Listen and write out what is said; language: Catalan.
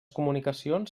comunicacions